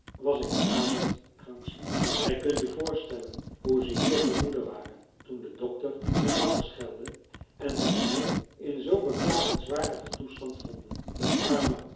was ik razend krankzinnig gij kunt u voorstellen hoe ze hier te moede waren toen de dokter hen wakker schelde en zij mij in zoo beklagenswaardigen toestand vonden de arme